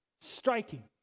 Striking